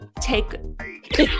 take